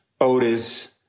Otis